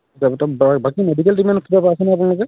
বাকী মেডিকেল কিবা পাই আছেনে আপোনালোকে